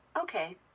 Okay